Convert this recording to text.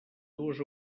dues